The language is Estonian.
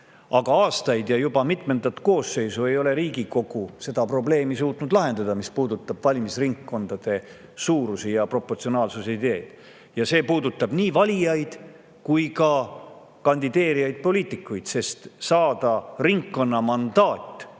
Aga aastaid ja juba mitmendat koosseisu ei ole Riigikogu suutnud lahendada seda probleemi, mis puudutab valimisringkondade suuruse ja proportsionaalsuse ideed. Ja see puudutab nii valijaid kui ka kandideerivaid poliitikuid, sest saada ringkonnamandaat